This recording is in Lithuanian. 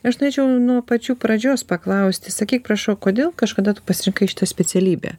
aš norėčiau nu pačių pradžios paklausti sakyk prašau kodėl kažkada tu pasirinkai šitą specialybę